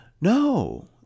No